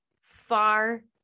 far